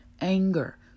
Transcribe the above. anger